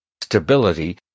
stability